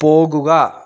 പോകുക